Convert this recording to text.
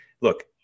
look